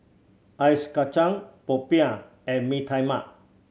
ice kacang popiah and Mee Tai Mak